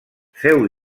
feu